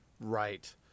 Right